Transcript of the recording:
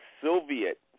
Soviet